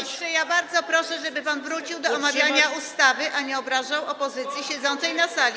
Panie ministrze, ja bardzo proszę, żeby pan wrócił do omawiania ustawy, a nie obrażał opozycji siedzącej na sali.